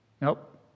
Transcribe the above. Nope